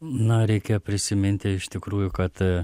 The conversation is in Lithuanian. na reikia prisiminti iš tikrųjų kad a